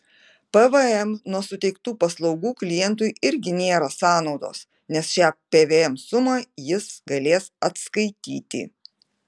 pvm nuo suteiktų paslaugų klientui irgi nėra sąnaudos nes šią pvm sumą jis galės atskaityti